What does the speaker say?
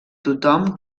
tothom